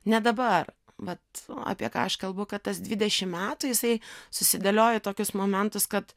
ne dabar vat apie ką aš kalbu kad tas dvidešim metų jisai susidėlioja tokius momentus kad